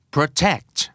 Protect